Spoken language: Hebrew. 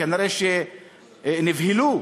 כנראה נבהלו,